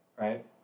right